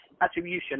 attribution